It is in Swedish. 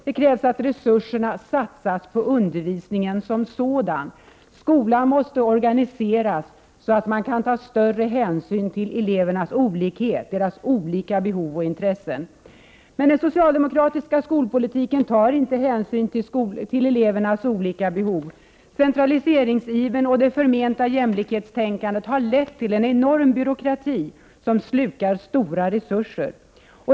Det krävs att resurserna satsas på undervisningen som sådan. Skolan måste organiseras så att man kan ta större hänsyn till elevernas olikhet, deras skilda behov och intressen. Men den socialdemokratiska skolpolitiken tar inte hänsyn till elevernas olika behov. Centraliseringsivern och det förmenta jämlikhetstänkandet har lett till en enorm byråkrati som slukar stora resurser.